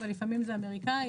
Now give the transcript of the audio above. אבל לפעמים זה אמריקאי,